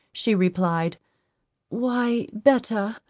she replied why better,